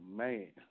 man